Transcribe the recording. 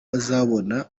azabona